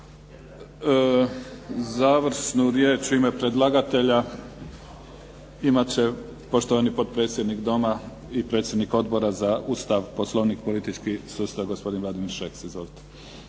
Završnu riječ u ime predlagatelja imat će poštovani potpredsjednik doma i predsjednik Odbora za Ustav, Poslovnik i politički sustav gospodin Vladimir Šeks.